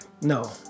no